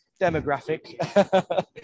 demographic